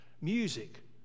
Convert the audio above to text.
Music